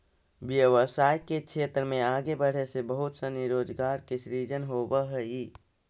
व्यवसाय के क्षेत्र में आगे बढ़े से बहुत सनी रोजगार के सृजन होवऽ हई